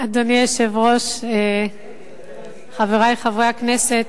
אדוני היושב-ראש, חברי חברי הכנסת,